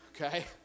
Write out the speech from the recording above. Okay